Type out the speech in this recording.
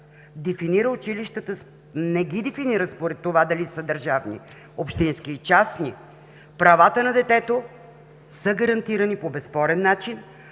дефинира училищата според това дали са държавни, общински и частни, правата на детето са гарантирани по безспорен начин,